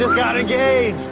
got engaged